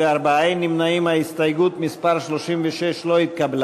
קבוצת סיעת מרצ וקבוצת סיעת הרשימה המשותפת לסעיף 2 לא נתקבלה.